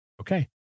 okay